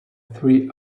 three